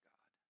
God